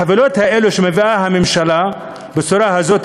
החבילות האלה שמביאה הממשלה בצורה הזאת,